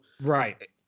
Right